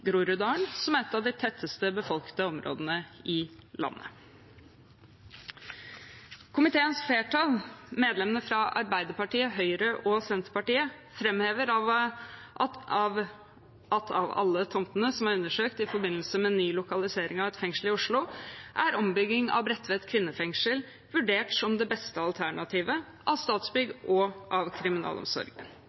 Groruddalen, som er et av de tettest befolkede områdene i landet. Komiteens flertall, medlemmene fra Arbeiderpartiet, Høyre og Senterpartiet, framhever at av alle tomtene som er undersøkt i forbindelse med ny lokalisering av et fengsel i Oslo, er ombygging av Bredtvet kvinnefengsel vurdert som det beste alternativet av Statsbygg og av kriminalomsorgen